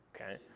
Okay